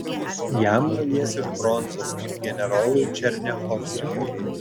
jam nulies iš bronzos kaip generolui černiachovskiui